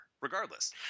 regardless